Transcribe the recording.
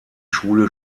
schule